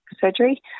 surgery